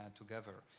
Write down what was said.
and together.